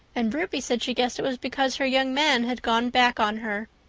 and ruby said she guessed it was because her young man had gone back on her.